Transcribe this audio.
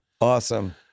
Awesome